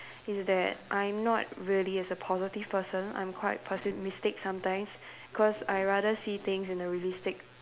is that I'm not really a positive person I'm quite pessimistic sometimes cause I rather see things in a realistic